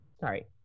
Sorry